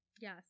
yes